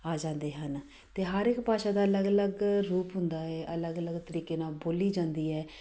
ਆ ਜਾਂਦੇ ਹਨ ਅਤੇ ਹਰ ਇੱਕ ਭਾਸ਼ਾ ਦਾ ਅਲੱਗ ਅਲੱਗ ਰੂਪ ਹੁੰਦਾ ਹੈ ਅਲੱਗ ਅਲੱਗ ਤਰੀਕੇ ਨਾਲ਼ ਬੋਲੀ ਜਾਂਦੀ ਹੈ